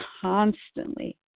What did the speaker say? constantly